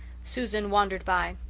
susan wandered by,